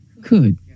Good